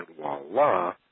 voila